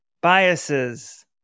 Biases